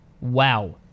Wow